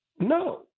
No